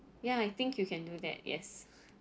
ya I think you can do that yes